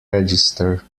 register